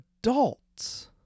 adults